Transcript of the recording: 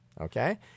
okay